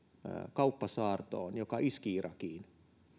kauppasaartoon joka iski irakiin